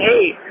hey